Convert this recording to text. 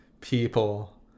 people